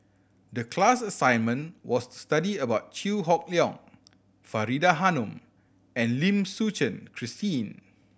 the class assignment was to study about Chew Hock Leong Faridah Hanum and Lim Suchen Christine